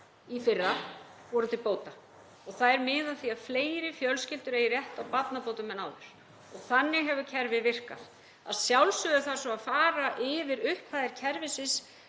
í fyrra voru til bóta og þær miða að því að fleiri fjölskyldur eigi rétt á barnabótum en áður og þannig hefur kerfið virkað. Að sjálfsögðu þarf að fara yfir upphæðir kerfisins